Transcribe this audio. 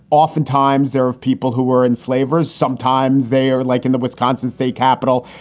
oftentimes there are people who are enslavers. sometimes they are like in the wisconsin state capitol,